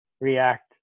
react